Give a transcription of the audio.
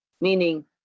meaning